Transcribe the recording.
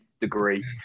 degree